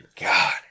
God